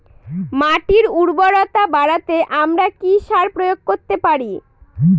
মাটির উর্বরতা বাড়াতে আমরা কি সার প্রয়োগ করতে পারি?